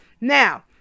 Now